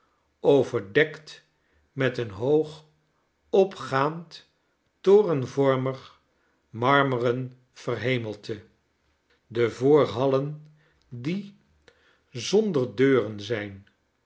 overdekt met een hoog opgaand torenvormig marmeren verhemelte de voorhallen die zonder deuren zijn